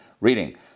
reading